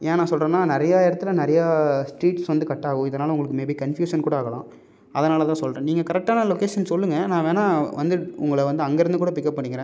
ஏன் நான் சொல்லுறேன்னா நிறைய இடத்துல நிறையா ஸ்ட்ரீட்ஸ் வந்து கட்டாகும் இதனால உங்களுக்கு மேபி கன்ஃப்யூஷன் கூட ஆகலாம் அதனால தான் சொல்லுறேன் நீங்கள் கரெட்டான லொக்கேஷன் சொல்லுங்கள் நான் வேணா வந்து உங்களை வந்து அங்கேருந்துகூட பிக்கப் பண்ணிக்கிறேன்